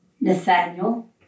Nathaniel